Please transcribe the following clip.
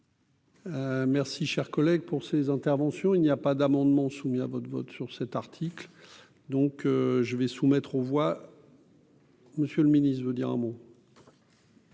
Merci, cher collègue pour ses interventions, il n'y a pas d'amendement soumis à votre vote sur cet article donc je vais soumettre aux voix. Monsieur le Ministre vous dire un mot.